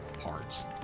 parts